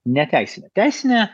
neteisine teisine